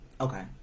okay